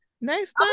nice